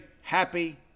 happy